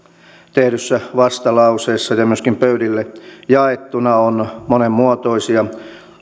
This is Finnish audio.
tehdyssä vastalauseessa ja myöskin pöydille jaettuna on monenmuotoisia